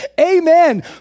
amen